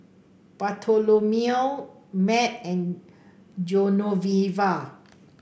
Bartholomew Matt and Genoveva